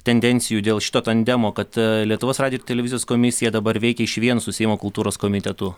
tendencijų dėl šito tandemo kad lietuvos radijo ir televizijos komisija dabar veikia išvien su seimo kultūros komitetu